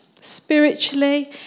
spiritually